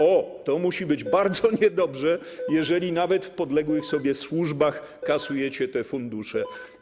O, to musi być bardzo niedobrze, jeżeli nawet w podległych sobie służbach kasujecie te fundusze.